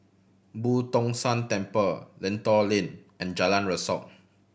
Boo Tong San Temple Lentor Lane and Jalan Rasok